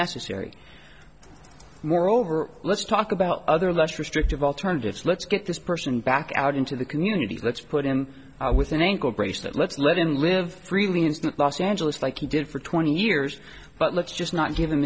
necessary moreover let's talk about other less restrictive alternatives let's get this person back out into the community let's put him with an ankle bracelet let's let him live freely in los angeles like he did for twenty years but let's just not give him